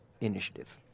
initiative